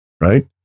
right